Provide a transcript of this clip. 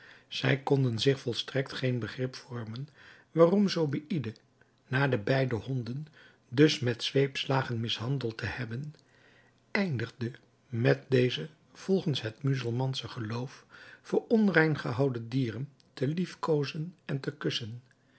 zij konden zich volstrekt geen begrip vormen waarom zobeïde na de beide honden dus met zweepslagen mishandeld te hebben eindigde met deze volgens het muzelmansche geloof voor onrein gehouden dieren te liefkozen en te kussen